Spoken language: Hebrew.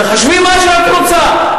תחשבי מה שאת רוצה,